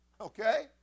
Okay